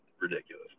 ridiculous